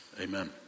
amen